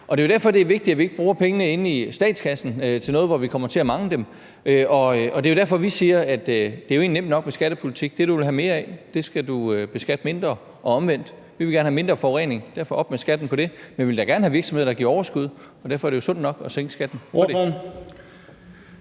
og det er jo derfor, det er vigtigt, at vi ikke bruger pengene i statskassen på noget, hvor vi kommer til at mangle dem. Det er jo derfor, vi siger, at det egentlig er nemt nok med skattepolitik: Det, du vil have mere af, skal du beskatte mindre. Og omvendt: Vi vil gerne have mindre forurening, derfor op med skatten på det. Men vi vil da gerne have virksomheder, der giver overskud, og derfor er det jo sundt nok at sænke skatten